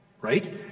Right